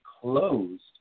closed